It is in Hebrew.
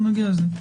נגיע לזה.